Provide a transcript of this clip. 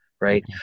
right